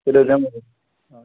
تیٚلہِ حظ ہیٚمو أسۍ سلام